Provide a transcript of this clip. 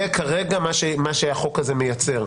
זה כרגע מה שהחוק הזה מייצר.